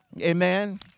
Amen